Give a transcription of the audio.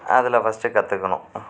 அதில் ஃபஸ்ட்டு கத்துக்கணும்